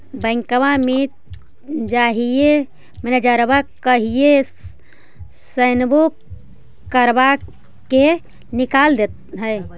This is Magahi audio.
बैंकवा मे जाहिऐ मैनेजरवा कहहिऐ सैनवो करवा के निकाल देहै?